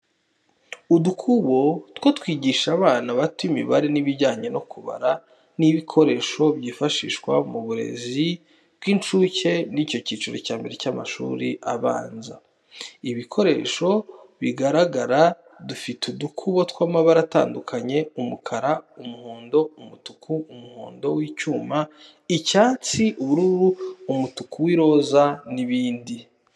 Udukubo two kwigisha abana bato imibare n'ibijyanye no kubara ni ibikoresho byifashishwa mu burezi bw’incuke n’icyiciro cya mbere cy’amashuri abanza. Ibikoresho bigaragara dufite udukubo tw’amabara atandukanye umukara, umuhondo, umutuku, umuhondo w’icyuma, icyatsi, ubururu, umutuku w’iroza, n'ibindi.